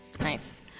Nice